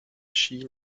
ski